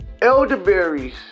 elderberries